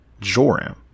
Joram